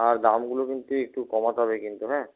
আর দামগুলো কিন্তু একটু কমাতে হবে কিন্তু হ্যাঁ